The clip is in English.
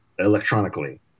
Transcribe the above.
electronically